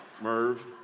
Merv